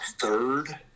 third